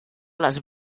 les